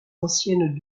anciennes